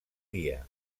dia